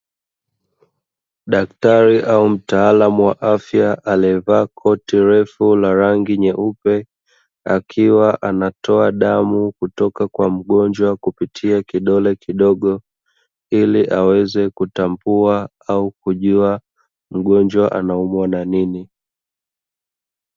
Daktari au mtaalamu wa afya amevaa koti refu la rangi nyeupe akiwa anatoa damu kutoka kwa mgonjwa kupitia kidole kidogo, ili aweze kutambua au kujua mgonjwa anaumwa na nini.